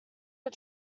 are